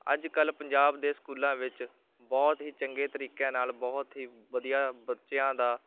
ਅੱਜ ਕੱਲ੍ਹ ਪੰਜਾਬ ਦੇ ਸਕੂਲਾਂ ਵਿੱਚ ਬਹੁਤ ਹੀ ਚੰਗੇ ਤਰੀਕਿਆਂ ਨਾਲ ਬਹੁਤ ਹੀ ਵਧੀਆ ਬੱਚਿਆਂ ਦਾ